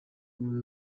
اون